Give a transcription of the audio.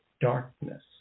darkness